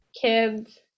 kids